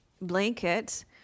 blanket